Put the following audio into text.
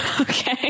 Okay